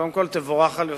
קודם כול, תבורך על יוזמתך.